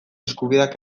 eskubideak